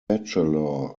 bachelor